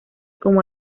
como